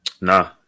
Nah